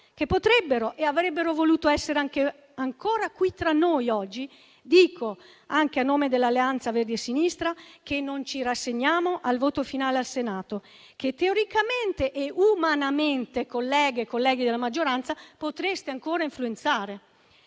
che avrebbero potuto e voluto essere ancora qui tra noi oggi, dico, anche a nome dell'Alleanza Verdi e Sinistra, che non ci rassegniamo al voto finale al Senato, che teoricamente e umanamente, colleghe e colleghi della maggioranza, potreste ancora influenzare.